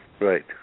Right